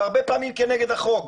והרבה פעמים כנגד החוק.